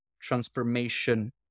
transformation